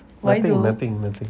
nothing nothing nothing